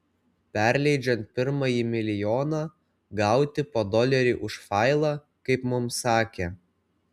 perleidžiant pirmąjį milijoną gauti po dolerį už failą kaip mums sakė